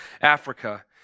Africa